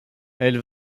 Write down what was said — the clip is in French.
elle